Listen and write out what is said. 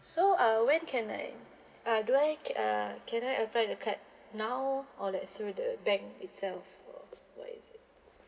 so uh when can I uh do I ca~ uh can I apply the card now or let through the bank itself or where is it